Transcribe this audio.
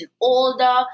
older